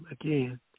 Again